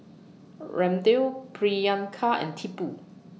Ramdev Priyanka and Tipu